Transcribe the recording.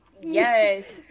Yes